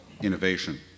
innovation